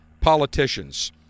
politicians